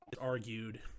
argued